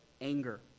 anger